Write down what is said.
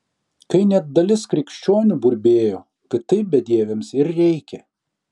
kai net dalis krikščionių burbėjo kad taip bedieviams ir reikia